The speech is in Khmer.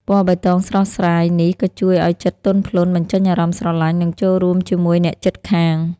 ពណ៌បៃតងស្រស់ស្រាយនេះក៏ជួយឲ្យចិត្តទន់ភ្លន់ បញ្ចេញអារម្មណ៍ស្រឡាញ់ និងចូលរួមជាមួយអ្នកជិតខាង។